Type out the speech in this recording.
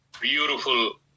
beautiful